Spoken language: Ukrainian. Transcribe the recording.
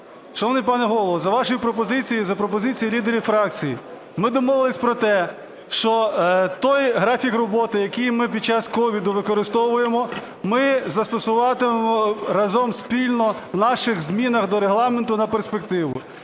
Шановний пане Голово, за вашою пропозицією і за пропозицією лідерів фракцій ми домовились про те, що той графік роботи, який ми під час COVID використовуємо ми застосовуватимемо разом спільно в наших змінах до Регламенту на перспективу.